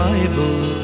Bible